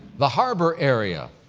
the harbor area,